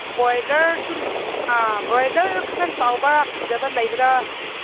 ꯕꯣꯏꯂꯔꯁꯨ ꯑꯥ ꯕ꯭ꯔꯣꯏꯂꯔ ꯈꯔ ꯆꯥꯎꯕ ꯐꯖꯕ ꯂꯩꯕꯔꯥ